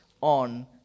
on